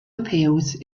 appeals